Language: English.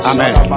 Amen